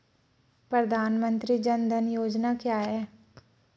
प्रधानमंत्री जन धन योजना क्या है?